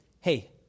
hey